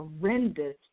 horrendous